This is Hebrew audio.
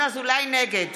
נגד